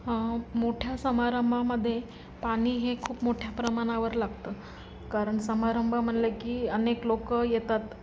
मोठ्या समारंभामध्ये पाणी हे खूप मोठ्या प्रमाणावर लागतं कारण समारंभ म्हणलं की अनेक लोक येतात